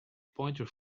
pointer